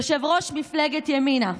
יושב-ראש מפלגת ימינה,